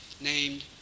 named